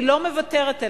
והיא לא מוותרת עליהם.